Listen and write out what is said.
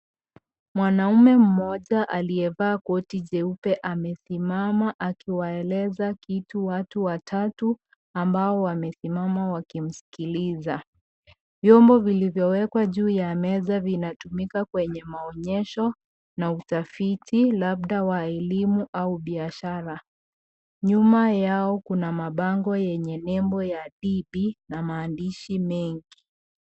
Mwanaume mmoja aliyevaa koti jeupe amesimama akiwaeleza kitu watu watatu ambao wamesimama wakimsikiliza. Vyombo vilivyowekwa juu ya meza vinatumika kwenye maonyesho na utafiti labda wa elimu au biashara. Nyuma yao kuna mabango yenye nembo ya DB na maandishi mengi.